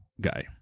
guy